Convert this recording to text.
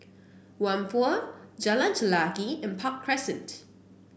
Whampoa Jalan Chelagi and Park Crescent